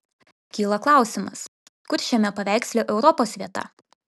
kyla klausimas kur šiame paveiksle europos vieta